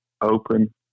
open